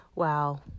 wow